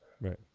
Right